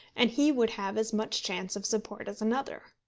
and he would have as much chance of support as another.